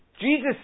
Jesus